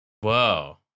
Whoa